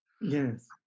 Yes